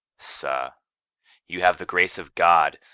sir you have the grace of god,